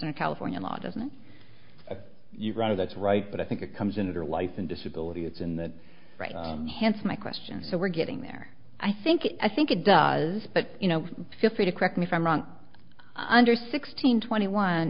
a california law doesn't you rather that's right but i think it comes into your life and disability it's in the right hence my question so we're getting there i think i think it does but you know feel free to correct me if i'm wrong under sixteen twenty one